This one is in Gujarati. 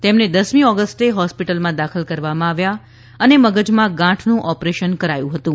તેમને દસમી ઓગસ્ટે હોસ્પિટલમાં દાખલ કરવામાં આવ્યા હતા અને મગજમાં ગાંઠનું ઓપરેશન કરાયું હતું